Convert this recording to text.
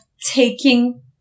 taking